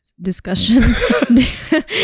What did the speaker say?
discussion